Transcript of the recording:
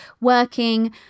working